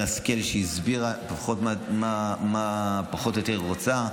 השכל היא הסבירה פחות או יותר מה היא רוצה,